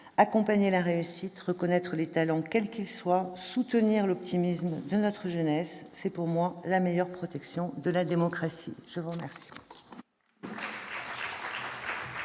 Accompagner la réussite, reconnaître les talents, quels qu'ils soient, soutenir l'optimisme de notre jeunesse, c'est selon moi la meilleure protection de la démocratie. Nous allons